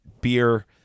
beer